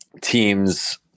teams